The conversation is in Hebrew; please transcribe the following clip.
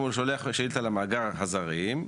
הוא שולח שאילתה למאגר הזרים,